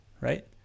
right